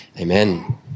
Amen